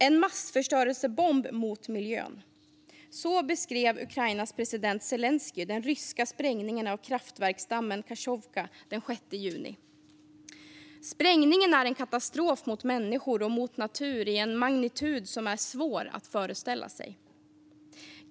En massförstörelsebomb mot miljön - så beskrev Ukrainas president Zelenskyj den ryska sprängningen av kraftverksdammen Kachovka den 6 juni. Sprängningen är en katastrof som drabbar människor och natur i en magnitud som är svår att föreställa sig.